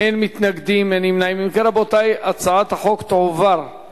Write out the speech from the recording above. ההצעה להעביר את הצעת חוק הביטוח הלאומי (תיקון מס' 130)